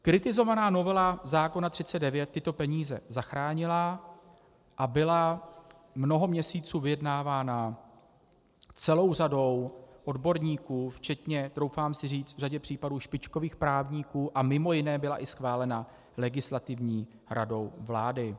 Kritizovaná novela zákona 39 tyto peníze zachránila a byla mnoho měsíců vyjednávána celou řadou odborníků včetně, troufám si říci, v řadě případů špičkových právníků a mj. byla i schválena Legislativní radou vlády.